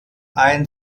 ein